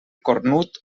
cornut